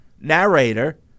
narrator